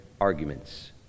arguments